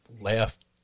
left